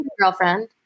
Girlfriend